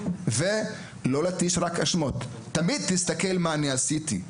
לא להטיח אשמות ולהסתכל על מה שאני עשיתי.